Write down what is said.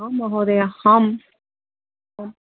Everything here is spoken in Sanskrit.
आं महोदय आम् आम्